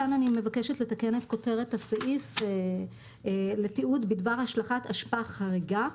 כאן אני מבקשת לתקן את כותרת הסעיף ל-"תיעוד בדבר השלכת אשפה חריגה",